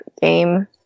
game